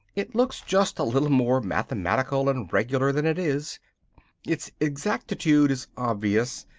it looks just a little more mathematical and regular than it is its exactitude is obvious,